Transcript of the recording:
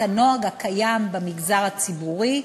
ולהשוות את הנוהג הקיים במגזר הציבורי,